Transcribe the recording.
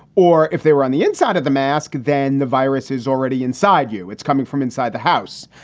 or if they were on the inside of the mask, then the virus is already inside you. it's coming from inside the house.